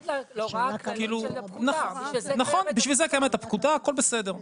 בשביל זה קיימת הפקודה הכל בסדר.